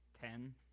Ten